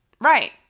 right